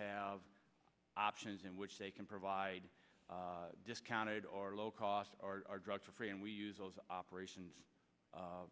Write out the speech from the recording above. have options in which they can provide discounted or low cost drugs for free and we use those operations